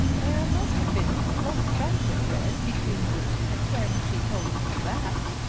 there must have been close friendship, reg, between you two when she told you that.